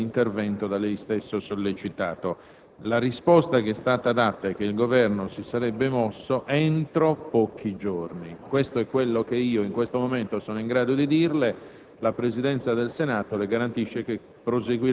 vi sia l'intervento da lei stesso sollecitato. La risposta che ci è stata data è che il Governo si sarebbe mosso entro pochi giorni. Questo è quello che, in questo momento, sono in grado di dirle. La Presidenza del Senato le garantisce che